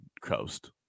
coast